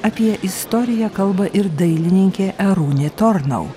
apie istoriją kalba ir dailininkė arūnė tornau